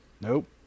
Nope